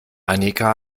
annika